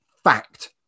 Fact